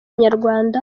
inyarwanda